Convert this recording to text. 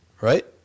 Right